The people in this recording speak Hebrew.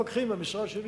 השקעה במפקחים במשרד שלי,